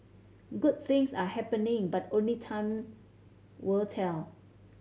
good things are happening but only time will tell